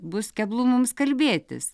bus keblu mums kalbėtis